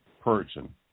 person